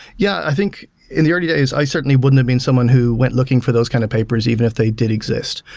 yeah, i think in the early days, i certainly wouldn't of been someone who went looking for those kind of papers even if they did exist.